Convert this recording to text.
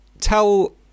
tell